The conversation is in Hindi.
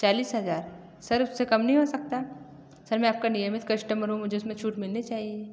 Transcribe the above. चालीस हज़ार सर उससे कम नहीं हो सकता सर मैं आपका नियमित कश्टमर हूँ मुझे उसमें छूट मिलनी चाहिए